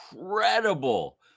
incredible